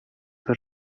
för